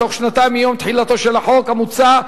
בתוך שנתיים מיום תחילתו של החוק המוצע,